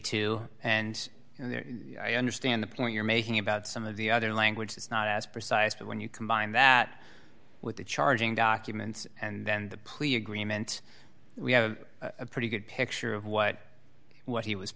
two and i understand the point you're making about some of the other language is not as precise but when you combine that with the charging documents and then the plea agreement we have a pretty good picture of what what he was